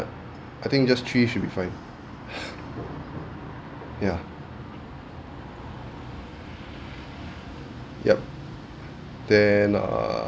I think just three should be fine ya yup then uh